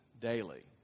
daily